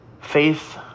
faith